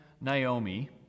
Naomi